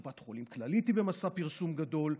קופת חולים כללית היא במסע פרסום גדול.